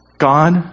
God